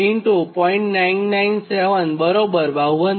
997 બરાબર 52